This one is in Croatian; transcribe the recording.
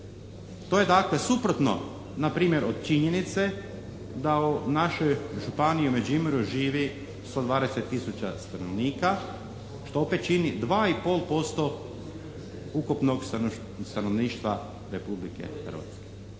To je dakle suprotno na primjer od činjenice da u našoj županiji u Međimurju živi 120 tisuća stanovnika, što opet čini 2,5% ukupnog stanovništva Republike Hrvatske.